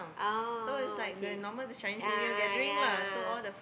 oh okay a'ah yeah